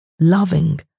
loving